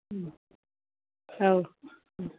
औ